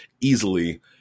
easily